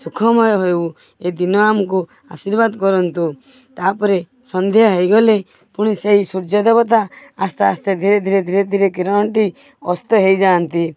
ସୁଖମୟ ହେଉ ଏ ଦିନ ଆମକୁ ଆଶିର୍ବାଦ କରନ୍ତୁ ତା ପରେ ସନ୍ଧ୍ୟା ହେଇଗଲେ ପୁଣି ସେଇ ସୂର୍ଯ୍ୟ ଦେବତା ଆସ୍ତେ ଆସ୍ତେ ଧୀରେ ଧୀରେ ଧୀରେ ଧୀରେ କିରଣଟି ଅସ୍ତ ହେଇ ଯାଆନ୍ତି